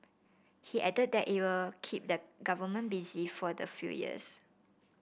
he added that it will keep the government busy for the few years